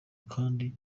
kandi